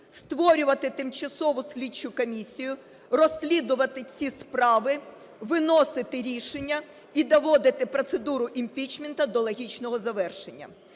створювати тимчасову слідчу комісію, розслідувати ці справи, виносити рішення і доводити процедуру імпічменту до логічного завершення.